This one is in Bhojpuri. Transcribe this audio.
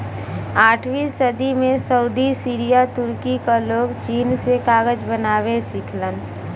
आठवीं सदी में सऊदी सीरिया तुर्की क लोग चीन से कागज बनावे सिखलन